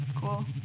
cool